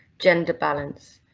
gender balance,